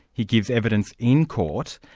he gives evidence in court,